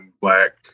black